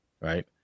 Right